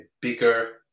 bigger